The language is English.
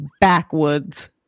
backwoods